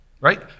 Right